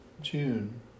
June